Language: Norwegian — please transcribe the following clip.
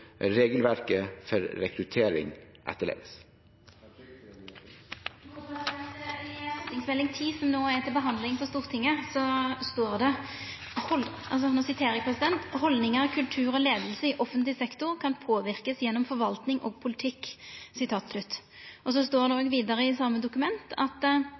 regelverket for rekruttering etterleves. I Meld. St. 10 for 2016–2017, som nå er til behandling på Stortinget, står det: «Holdninger, kultur og ledelse i offentlig sektor kan påvirkes gjennom forvaltning og politikk.»